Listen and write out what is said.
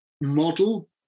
model